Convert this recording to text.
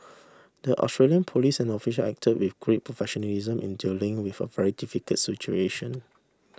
the Australian police and official acted with great professionalism in dealing with a very difficult situation